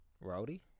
Rowdy